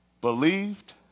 believed